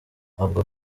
avuga